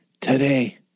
Today